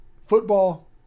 football